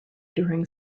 during